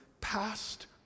past